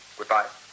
Goodbye